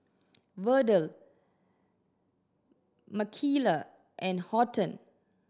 Verdell Michaela and Horton